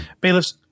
Bailiffs